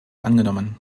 angenommen